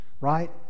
right